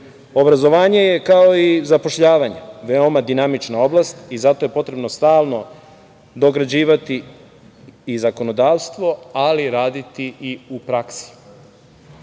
Obrazovanje je kao i zapošljavanje, veoma dinamična oblast i zato je potrebno stalno dograđivati i zakonodavstvo, ali raditi i u